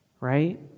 right